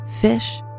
fish